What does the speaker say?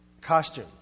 costume